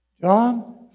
John